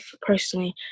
personally